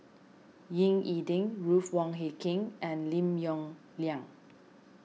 Ying E Ding Ruth Wong Hie King and Lim Yong Liang